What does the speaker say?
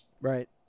Right